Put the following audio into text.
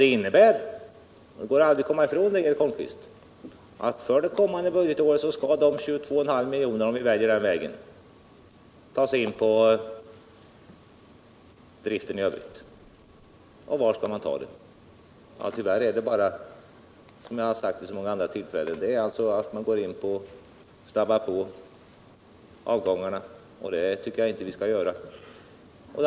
Det innebär — det går inte att komma ifrån, Eric Holmqvist — att för det kommande budgetåret skall de 22 miljonerna tas in på driften i övrigt. Var skall man ta det? Det innebär, som jag har sagt så många gånger förut, att man ökar avgångarna, och det tycker jag inte man skall göra.